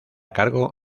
cargo